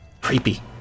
Creepy